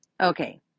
Okay